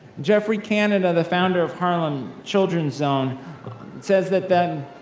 geoffrey canada, the founder of harlem children's zone says, that that